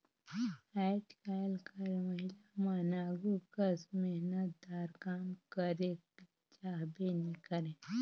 आएज काएल कर महिलामन आघु कस मेहनतदार काम करेक चाहबे नी करे